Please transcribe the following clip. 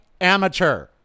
amateur